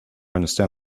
understand